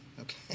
okay